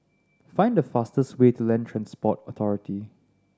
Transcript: find the fastest way to Land Transport Authority